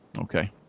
Okay